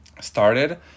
started